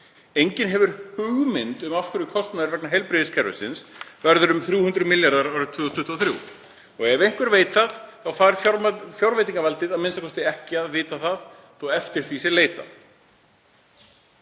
Enginn hefur hugmynd um af hverju kostnaður vegna heilbrigðiskerfisins verður um 300 milljarðar kr. árið 2023. Ef einhver veit það, þá fær fjárveitingavaldið a.m.k. ekki að vita það þó eftir því sé leitað.